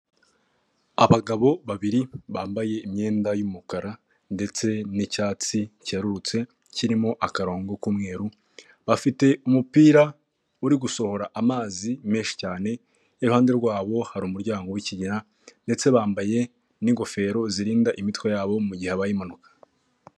Abagabo babiri bambaye imyenda y'umukara ndetse n'icyatsi cyererutse kirimo akarongo k'umweru, bafite umupira uri gusohora amazi menshi cyane iruhande rwabo hari umuryango w'ikigina ndetse bambaye n'ingofero zirinda imitwe yabo mu gihe habaye impanuka.